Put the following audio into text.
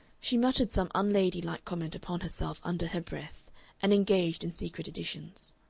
she muttered some unlady-like comment upon herself under her breath and engaged in secret additions.